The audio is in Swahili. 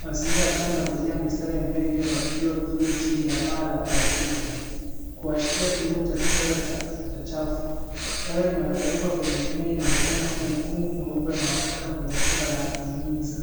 Mazingira ya shamba yamejaa mistari ya mmea iliyoratibiwa vizuri chini ya paa la plastiki. Kuashiria kilimo cha kisasa cha chafu. Dawa inayowekwa kwenye mmea inaonekana kuwa ukungu mweupe unaotokea kwenye bumba la kunyunyiza.